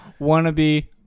wannabe